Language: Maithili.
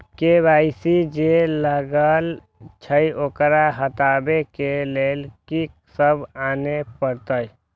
के.वाई.सी जे लागल छै ओकरा हटाबै के लैल की सब आने परतै?